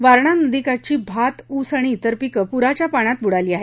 वारणा नदीकाठची भात ऊस आणि त्रि पिकं पुराच्या पाण्यात बुडाली आहेत